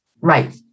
Right